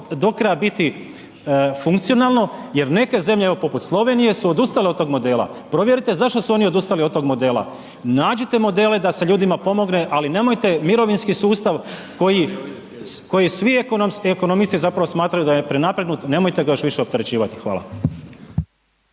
do kraja biti funkcionalno jer neke zemlje evo poput Slovenije su odustale od tog modela, provjerite zašto su oni odustali od tog modela, nađite modele da se ljudima pomogne ali nemojte mirovinski sustav koji svi ekonomisti zapravo smatraju da je prenapregnut, nemojte ga još više opterećivati, hvala.